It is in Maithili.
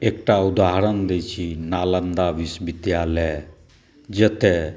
एकटा उदाहरण दै छी नालन्दा विश्वविद्यालय जतय